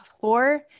four